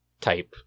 type